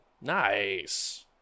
Nice